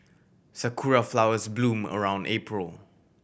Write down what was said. sakura flowers bloom around April